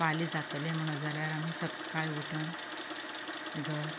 फाल्यां जातलें म्हणत आमी सकाळी उठून घर